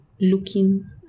looking